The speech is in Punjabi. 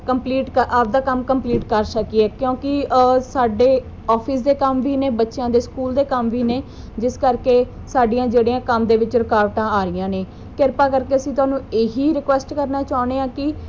ਕੰਪਲੀਟ ਕ ਆਪਦਾ ਕੰਮ ਕੰਪਲੀਟ ਕਰ ਸਕੀਏ ਕਿਉਂਕਿ ਸਾਡੇ ਆਫਿਸ ਦੇ ਕੰਮ ਵੀ ਨੇ ਬੱਚਿਆਂ ਦੇ ਸਕੂਲ ਦੇ ਕੰਮ ਵੀ ਨੇ ਜਿਸ ਕਰਕੇ ਸਾਡੀਆਂ ਜਿਹੜੀਆਂ ਕੰਮ ਦੇ ਵਿੱਚ ਰੁਕਾਵਟਾਂ ਆ ਰਹੀਆਂ ਨੇ ਕਿਰਪਾ ਕਰਕੇ ਅਸੀਂ ਤੁਹਾਨੂੰ ਇਹੀ ਰਿਕੁਐਸਟ ਕਰਨਾ ਚਾਹੁੰਦੇ ਹਾਂ ਕਿ